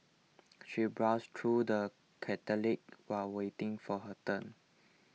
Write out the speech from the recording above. she browsed through the catalogues while waiting for her turn